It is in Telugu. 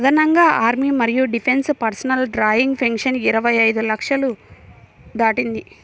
అదనంగా ఆర్మీ మరియు డిఫెన్స్ పర్సనల్ డ్రాయింగ్ పెన్షన్ ఇరవై ఐదు లక్షలు దాటింది